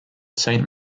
saint